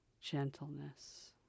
gentleness